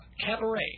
cabaret